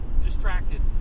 distracted